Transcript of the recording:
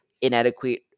inadequate